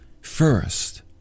first